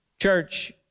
Church